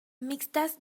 mixtas